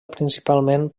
principalment